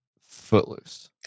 Footloose